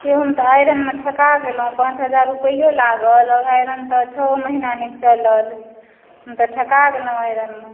हे हम त आइरन मे ठका गेलहुँ पाँच हजार रुपैओ लागल आओर आइरन त छओ महीना नहि चलल हम त ठका गेलहुँ आइरनमे